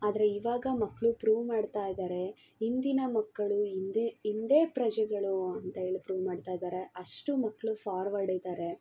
ಆದರೆ ಇವಾಗ ಮಕ್ಕಳು ಪ್ರೂವ್ ಮಾಡ್ತಾ ಇದ್ದಾರೆ ಇಂದಿನ ಮಕ್ಕಳು ಇಂದೆ ಇಂದೇ ಪ್ರಜೆಗಳು ಅಂತ ಹೇಳಿ ಪ್ರೂವ್ ಮಾಡ್ತಾ ಇದ್ದಾರೆ ಅಷ್ಟು ಮಕ್ಕಳು ಫಾರ್ವರ್ಡ್ ಇದ್ದಾರೆ